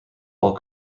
hall